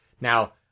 Now